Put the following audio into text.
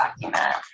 document